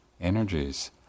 energies